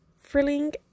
frilling